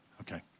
Okay